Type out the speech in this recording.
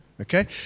Okay